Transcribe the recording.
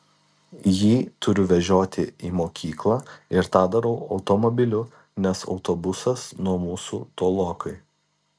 jį turiu vežioti į mokyklą ir tą darau automobiliu nes autobusas nuo mūsų tolokai